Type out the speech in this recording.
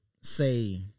Say